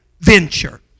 venture